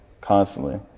constantly